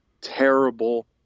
terrible